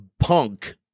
punk